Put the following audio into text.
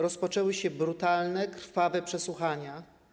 Rozpoczęły się brutalne, krwawe przesłuchania.